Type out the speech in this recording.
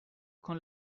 con